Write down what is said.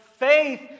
Faith